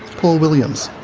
paul williams.